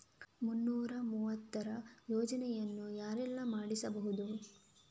ಮುನ್ನೂರ ಮೂವತ್ತರ ಯೋಜನೆಯನ್ನು ಯಾರೆಲ್ಲ ಮಾಡಿಸಬಹುದು?